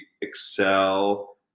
excel